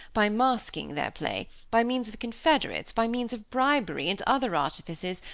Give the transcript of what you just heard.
by masking their play, by means of confederates, by means of bribery, and other artifices,